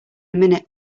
minute